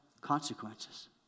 consequences